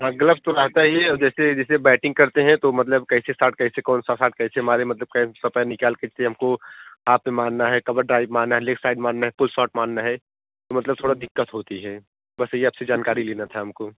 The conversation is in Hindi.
हँ ग्लब्स तो रहते ही हैं जैसे जैसे बैटिंग करते हैं तो मतलब कैसे साट कैसे कौन सा सॉट कैसे मारे मतलब कौन सा पैर निकाल के से हमको कहाँ पर मारना है कबर ड्राइब मारना है लेफ्ट साइड मारना है पुल शाॅर्ट मारना है मतलब थोड़ी दिक्कत होती है बस ये आप से जानकारी लेना था हमको